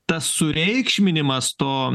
tas sureikšminimas to